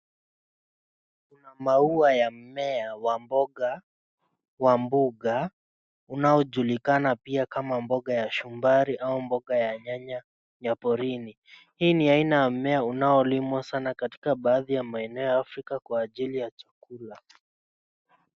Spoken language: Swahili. Maua ya mmea wa mboga wa mbuga unaojulikana pia kama mboga ya shumbari au mboga ya nyanya ya porini. Hii ni aina ya mmea unaolimwa sana katika baadhi ya maeneo ya Afrika kwa ajili ya chakula.